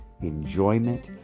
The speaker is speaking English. enjoyment